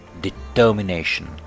determination